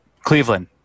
Cleveland